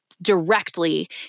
directly